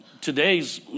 today's